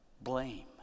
blame